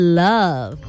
love